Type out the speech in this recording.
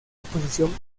oposición